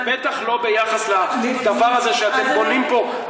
ובטח לא ביחס לדבר הזה שאתם בונים פה,